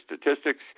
Statistics